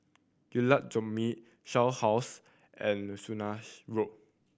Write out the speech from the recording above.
Jalan Zamrud Shell House and Swanage Road